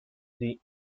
the